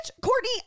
Courtney